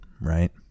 right